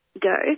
go